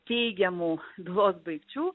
teigiamų bylos baigčių